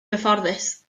gyfforddus